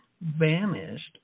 vanished